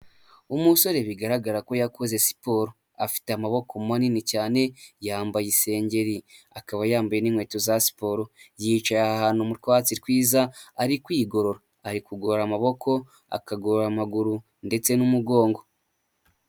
Umusore bigaragara ko yakoze siporo afite amaboko manini cyane yambaye isengeri akaba yambaye n'inkweto za siporo yicaye ahantu mutwatsi twiza ari kwigorora ari kugora amaboko, akagorora amaguru ndetse n'umugongo.